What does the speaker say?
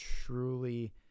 truly